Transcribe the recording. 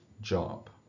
job